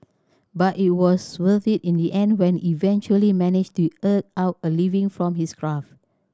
but it was worth it in the end when eventually managed to eke out a living from his craft